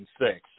six